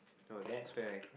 oh that's when I cry